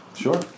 sure